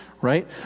Right